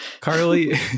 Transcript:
Carly